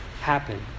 happen